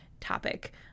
topic